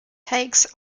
takes